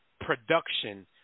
production